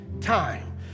Time